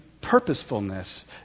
purposefulness